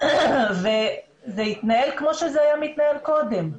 ההתנגדויות וזה מתנהל כפי שזה היה מתנהל קודם.